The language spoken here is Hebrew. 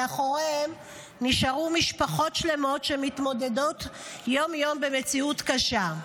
מאחוריהם נשארו משפחות שלמות שמתמודדות יום-יום עם מציאות קשה.